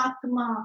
Atma